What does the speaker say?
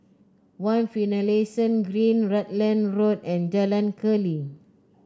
One Finlayson Green Rutland Road and Jalan Keli